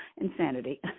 Insanity